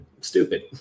stupid